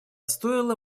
стоило